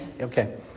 Okay